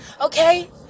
okay